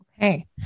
Okay